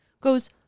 goes